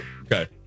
Okay